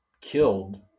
killed